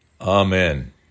Amen